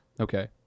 okay